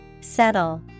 Settle